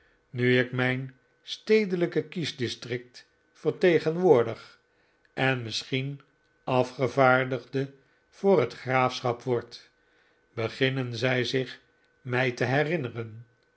nu ik mijn stedelijk kiesdistrict vertegenwoordig en misschien afgevaardigde voor het graafschap word beginnen zij zich mij te herinneren